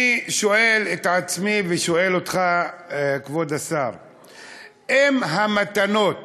אני שואל את עצמי ושואל אותך, כבוד השר, אם המתנות